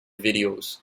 videos